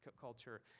culture